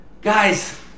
Guys